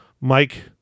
Mike